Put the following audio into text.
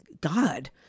god